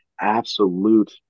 absolute